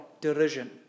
derision